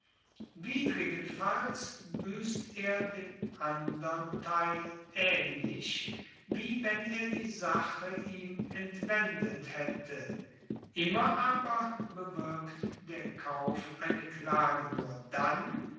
widrigenfalls buesst er dem andern teil aehnlich wie wenn er die sache ihm entwendet haette immer aber bewirkt der kauf eine klage nur dann